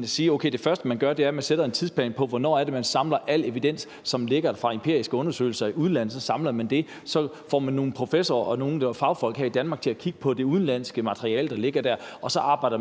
jo sige, at det første, man gør, er at sætte en tidsplan for, hvornår det er, man samler al evidens, som findes fra empiriske undersøgelser i udlandet. Så samler man det, og så får man nogle professorer og nogle fagfolk her i Danmark til at kigge på det udenlandske materiale, der ligger der, og så arbejder man